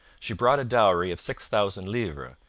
she brought a dowry of six thousand livres,